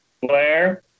Blair